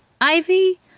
Ivy